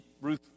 Ruth